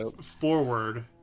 forward